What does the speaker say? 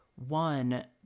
One